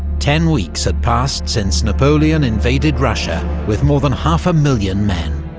ten weeks had passed since napoleon invaded russia with more than half a million men.